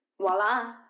voila